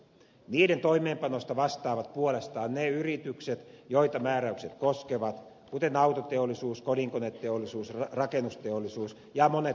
niiden toimeenpanosta vastaavat puolestaan ne yritykset joita määräykset koskevat kuten autoteollisuus kodinkoneteollisuus rakennusteollisuus ja monet muut teollisuuden alat